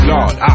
Lord